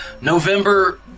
November